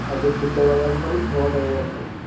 അത് ബുദ്ധ ഗയാന്നും പറയും ബോധഗയാന്നും പറയും